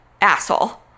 asshole